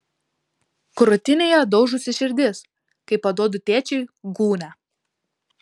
krūtinėje daužosi širdis kai paduodu tėčiui gūnią